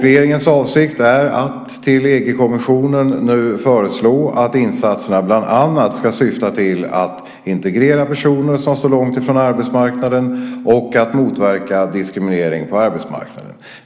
Regeringens avsikt är att till EG-kommissionen föreslå att insatserna bland annat ska syfta till att integrera personer som står långt från arbetsmarknaden och att motverka diskriminering på arbetsmarknaden.